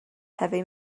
heavy